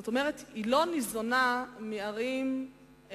זאת אומרת, היא לא ניזונה מערים שכנות